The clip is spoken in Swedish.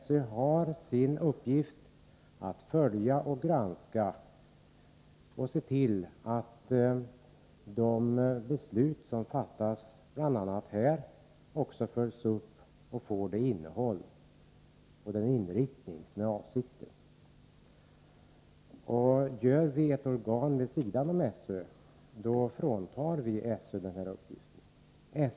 SÖ har till uppgift att följa, granska och se till att de beslut som fattas bl.a. här också följs upp och får det innehåll och den inriktning som avses. Om vi inrättar ett organ vid sidan om SÖ, fråntar vi SÖ den här uppgiften.